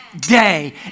day